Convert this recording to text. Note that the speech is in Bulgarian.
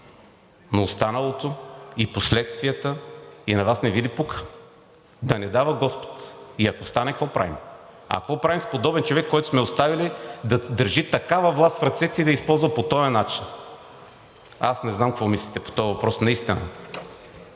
но останалото и последствията?! И на Вас не Ви ли пука? Да не дава господ! И ако стане, какво правим?! А какво правим с подобен човек, който сме оставили да държи такава власт в ръцете си и да я използва по този начин?! Аз наистина не знам какво мислите по този въпрос.